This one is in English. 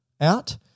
out